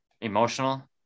emotional